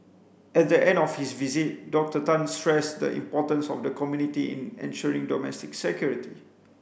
at the end of his visit Doctor Tan stressed the importance of the community in ensuring domestic security